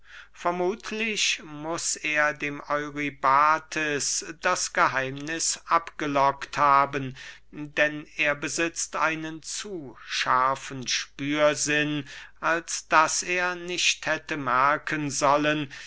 vermuthlich muß er dem eurybates das geheimniß abgelockt haben denn er besitzt einen zu scharfen spürsinn als daß er nicht hätte merken sollen